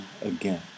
again